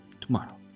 tomorrow